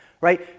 right